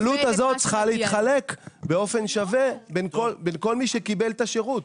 העלות הזאת צריכה להתחלק באופן שווה בין כל מי שקיבל את השירות.